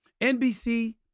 NBC